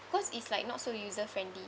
because it's like not so user friendly